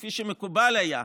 כפי שמקובל היה,